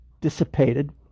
dissipated